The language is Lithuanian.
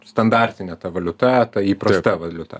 standartine ta valiuta ta įprasta valiuta